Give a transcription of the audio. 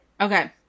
Okay